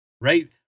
Right